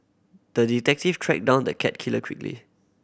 the detective tracked down the cat killer quickly